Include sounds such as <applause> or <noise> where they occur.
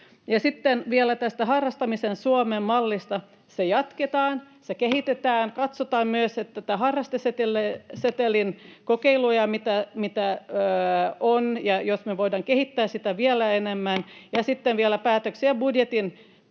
Sitten vielä tästä harrastamisen Suomen mallista: Sitä jatketaan, sitä kehitetään. <noise> Katsotaan myös harrastesetelin kokeiluja, mitä on, jos me voidaan kehittää sitä vielä enemmän. <noise>